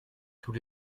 tous